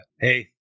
hey